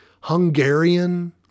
hungarian